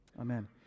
Amen